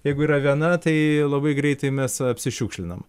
jeigu yra viena tai labai greitai mes apsišiukšlinam